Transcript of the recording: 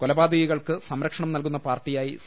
കൊലപാതകി കൾക്ക് സംരക്ഷണം നൽകുന്ന പാർട്ടിയായി സി